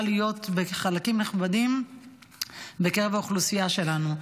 להיות בחלקים נכבדים בקרב האוכלוסייה שלנו.